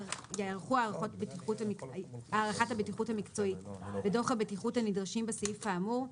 ייערכו הערכת הבטיחות המקצועית ודוח הבטיחות הנדרשים בסעיף האמור,